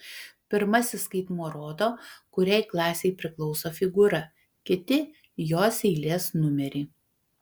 pirmasis skaitmuo rodo kuriai klasei priklauso figūra kiti jos eilės numerį